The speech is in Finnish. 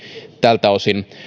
tältä osin